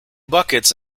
buckets